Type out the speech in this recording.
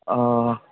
অঁ